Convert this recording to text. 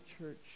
church